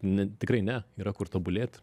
ne tikrai ne yra kur tobulėt